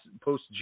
post